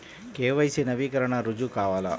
KYC నవీకరణకి రుజువు కావాలా?